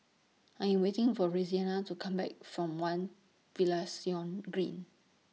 I Am waiting For Roseanna to Come Back from one Finlayson Green